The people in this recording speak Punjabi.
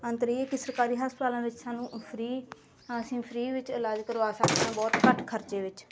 ਅੰਤਰ ਇਹ ਕਿ ਸਰਕਾਰੀ ਹਸਪਤਾਲਾਂ ਵਿੱਚ ਸਾਨੂੰ ਫਰੀ ਅਸੀਂ ਫਰੀ ਵਿੱਚ ਇਲਾਜ ਕਰਵਾ ਸਕਦੇ ਹਾਂ ਬਹੁਤ ਘੱਟ ਖਰਚੇ ਵਿੱਚ